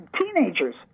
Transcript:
teenagers